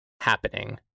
happening